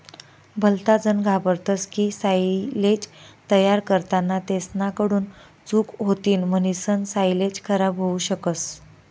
भलताजन घाबरतस की सायलेज तयार करताना तेसना कडून चूक होतीन म्हणीसन सायलेज खराब होवू शकस